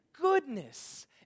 goodness